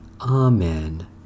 Amen